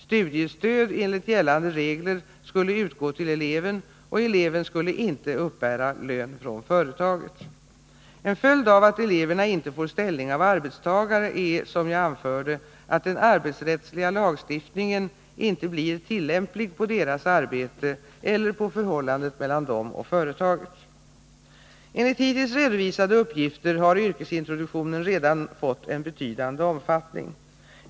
Studiestöd enligt gällande regler skulle utgå till eleven, och eleven skulle inte uppbära lön från företaget. En följd av att eleverna inte får anställning som arbetstagare är, som jag anförde, att den arbetsrättsliga lagstiftningen inte blir tillämplig på deras arbete eller på förhållandet mellan dem och företaget. Enligt hittills redovisade uppgifter har yrkesintroduktionen redan fått en betydande omfattning.